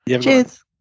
Cheers